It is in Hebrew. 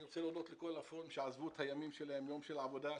אני רוצה להודות לכל הפורום שעזבו את יום העבודה שלהם,